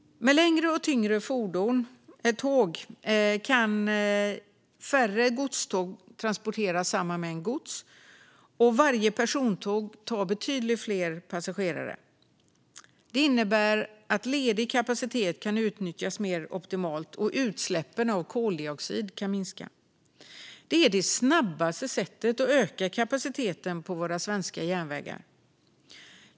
Med längre och tyngre tåg kan färre godståg transportera samma mängd gods och varje persontåg ta betydligt fler passagerare. Det innebär att ledig kapacitet kan utnyttjas mer optimalt, och utsläppen av koldioxid kan minska. Det är det snabbaste sättet att öka kapaciteten på våra svenska järnvägar.